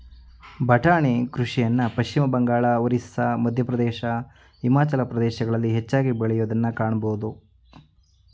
ಬಟಾಣಿ ಕೃಷಿಯನ್ನು ಪಶ್ಚಿಮಬಂಗಾಳ, ಒರಿಸ್ಸಾ, ಮಧ್ಯಪ್ರದೇಶ್, ಹಿಮಾಚಲ ಪ್ರದೇಶಗಳಲ್ಲಿ ಹೆಚ್ಚಾಗಿ ಬೆಳೆಯೂದನ್ನು ಕಾಣಬೋದು